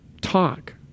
talk